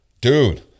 Dude